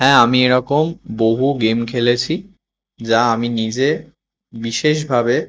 হ্যাঁ আমি এরকম বহু গেম খেলেছি যা আমি নিজে বিশেষভাবে